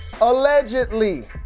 allegedly